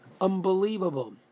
unbelievable